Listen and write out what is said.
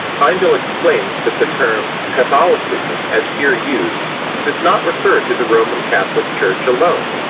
heindel explains that the term catholicism as here used does not refer to the roman catholic church alone,